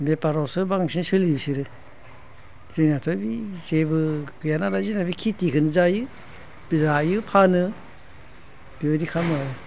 बेपारावसो बांसिन सोलियो बिसोरो जोंनियाथ' बे जेबो गैया नालाय जोंना बे खेथिखौनो जायो जायो फानो बेबायदि खालामो